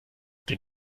den